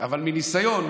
אבל מניסיון,